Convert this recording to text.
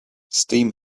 steam